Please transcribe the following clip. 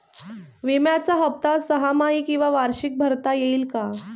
विम्याचा हफ्ता सहामाही किंवा वार्षिक भरता येईल का?